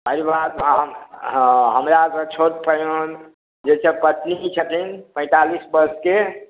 अभिलाष आ हम हमरा सॅं छोट कहियनु जे एकटा शची जी छथि पैंतालीस वर्ष के